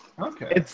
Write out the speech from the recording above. Okay